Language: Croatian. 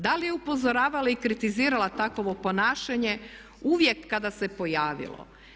Da li je upozoravala i kritizirala takovo ponašanje uvijek kada se pojavilo.